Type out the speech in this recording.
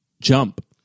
JUMP